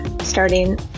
starting